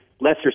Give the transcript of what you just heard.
lesser